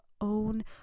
own